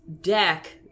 deck